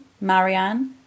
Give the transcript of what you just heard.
Marianne